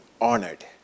honored